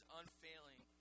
unfailing